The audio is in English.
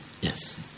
yes